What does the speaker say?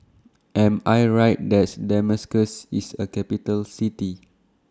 Am I Right that Damascus IS A Capital City